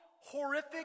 horrific